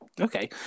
Okay